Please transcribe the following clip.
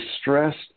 stressed